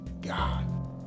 God